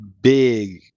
big